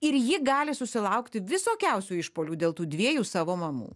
ir ji gali susilaukti visokiausių išpuolių dėl tų dviejų savo mamų